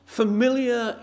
familiar